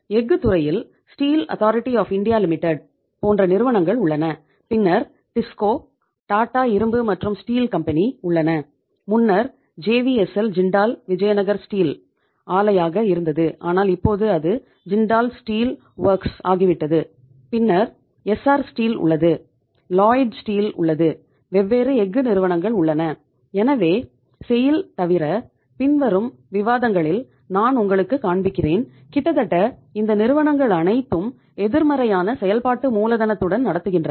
எஃகு துறையில் Steel Authority of India Limited தவிர பின்வரும் விவாதங்களில் நான் உங்களுக்குக் காண்பிக்கிறேன் கிட்டத்தட்ட இந்த நிறுவனங்கள் அனைத்தும் எதிர்மறையான செயல்பாட்டு மூலதனத்துடன் நடத்துகின்றன